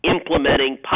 implementing